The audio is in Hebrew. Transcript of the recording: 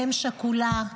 אם שכולה,